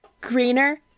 Greener